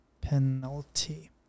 penalty